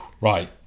Right